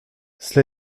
cela